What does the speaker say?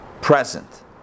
present